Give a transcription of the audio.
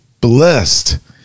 blessed